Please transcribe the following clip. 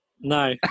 No